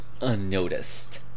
Unnoticed